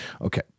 Okay